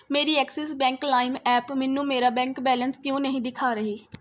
ਮੇਰੀ Axis bank lime app ਮੈਨੂੰ ਮੇਰਾ ਬੈਂਕ ਬੈਲੇਂਸ ਕਿਉਂ ਨਹੀਂ ਦਿਖਾ ਰਹੀ